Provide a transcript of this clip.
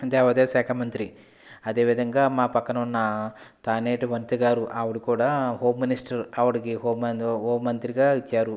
దేవాదాయశాఖా మంత్రి అదే విధంగా మా పక్కన ఉన్న తానేటి మంత్రిగారు ఆవిడ కూడా హోమ్ మినిస్టర్ ఆవిడకి హోం హోమ్ మంత్రిగా ఇచ్చారు